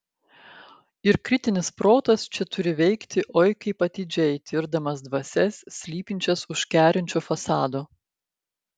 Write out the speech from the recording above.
ir kritinis protas čia turi veikti oi kaip atidžiai tirdamas dvasias slypinčias už kerinčio fasado